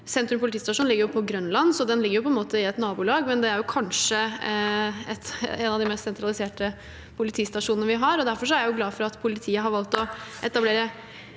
Sentrum politistasjon ligger på Grønland, så den ligger på en måte i et nabolag, men den er kanskje en av de mest sentraliserte politistasjonene vi har. Jeg er derfor glad for at politiet har valgt å etablere